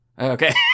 Okay